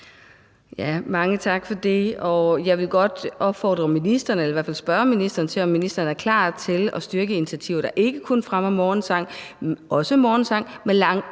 eller i hvert fald spørge ministeren om, om ministeren er klar til at styrke initiativer, der ikke kun fremmer morgensang – også morgensang